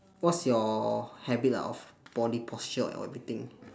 what's your habit ah of body posture or everything